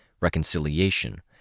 Reconciliation